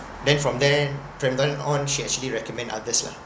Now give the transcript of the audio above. then from then from then on she actually recommend others lah